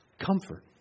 comfort